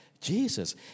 Jesus